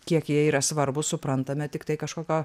kiek jie yra svarbūs suprantame tiktai kažkokio